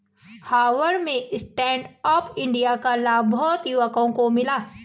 हावड़ा में stand up India का लाभ बहुत युवाओं को मिला